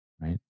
right